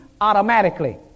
automatically